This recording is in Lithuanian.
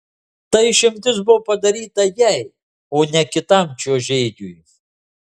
ta išimtis buvo padaryta jai o ne kitam čiuožėjui